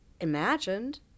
imagined